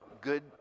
good